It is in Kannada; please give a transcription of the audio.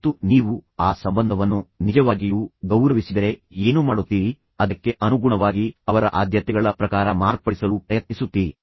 ಮತ್ತು ನೀವು ಆ ಸಂಬಂಧವನ್ನು ನಿಜವಾಗಿಯೂ ಗೌರವಿಸಿದರೆ ನೀವು ಏನು ಮಾಡುತ್ತೀರಿ ನೀವು ಅದಕ್ಕೆ ಅನುಗುಣವಾಗಿ ಅವರ ಆದ್ಯತೆಗಳ ಪ್ರಕಾರ ಮಾರ್ಪಡಿಸಲು ಪ್ರಯತ್ನಿಸುತ್ತೀರಿ